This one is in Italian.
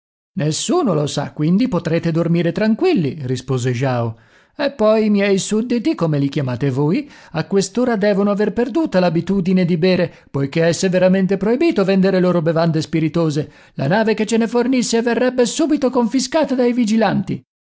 nessuno lo sa quindi potrete dormire tranquilli rispose jao e poi i miei sudditi come li chiamate voi a quest'ora devono aver perduta l'abitudine di bere poiché è severamente proibito vendere loro bevande spiritose la nave che ce ne fornisse verrebbe subito confiscata dai vigilanti